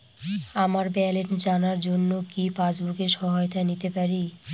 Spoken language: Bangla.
আমার ব্যালেন্স জানার জন্য কি পাসবুকের সহায়তা নিতে পারি?